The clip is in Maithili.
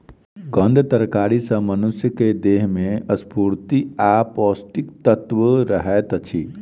कंद तरकारी सॅ मनुषक देह में स्फूर्ति आ पौष्टिक तत्व रहैत अछि